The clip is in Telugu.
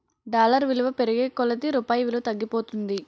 డాలర్ విలువ పెరిగే కొలది రూపాయి విలువ తగ్గిపోతుంది